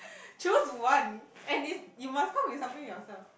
choose one and is you must come up with something yourself